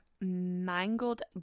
mangled